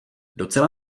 docela